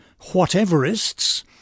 Whateverists